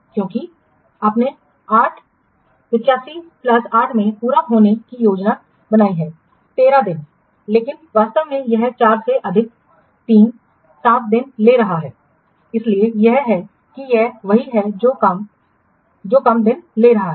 क्योंकि आपने 8 5 प्लस 8 में पूरा होने की योजना बनाई है 13 दिन लेकिन वास्तव में यह 4 से अधिक 3 7 दिन ले रहा है इसलिए यह है कि यह वही है जो कम दिन ले रहा है